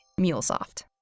MuleSoft